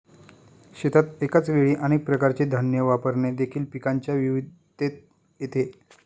शेतात एकाच वेळी अनेक प्रकारचे धान्य वापरणे देखील पिकांच्या विविधतेत येते